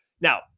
Now